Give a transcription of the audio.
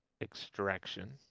Extraction